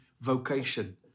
vocation